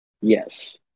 Yes